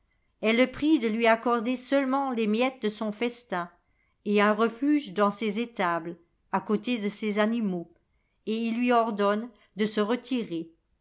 elle le prie de lui accorder seulement les miettes de son festin et un refuge dans ses étables à côté de ses animaux et il lui ordonne de se retirer